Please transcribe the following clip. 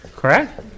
Correct